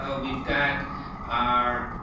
ah we've got our